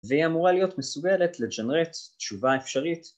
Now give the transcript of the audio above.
והיא אמורה להיות מסוגלת לג'נרט תשובה אפשרית